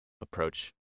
approach